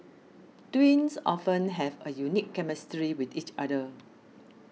twins often have a unique chemistry with each other